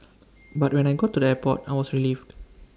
but when I got to the airport I was relieved